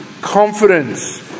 confidence